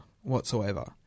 whatsoever